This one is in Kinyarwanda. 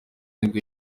nibwo